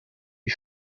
die